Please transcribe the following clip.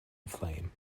flame